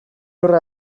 horra